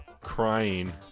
crying